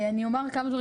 אני אומר כמה דברים,